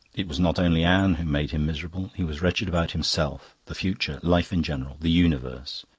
it was not only anne who made him miserable he was wretched about himself, the future, life in general, the universe.